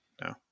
No